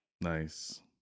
Nice